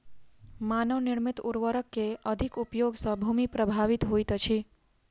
मानव निर्मित उर्वरक के अधिक उपयोग सॅ भूमि प्रभावित होइत अछि